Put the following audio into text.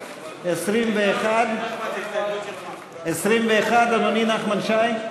21. אדוני נחמן שי?